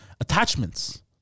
attachments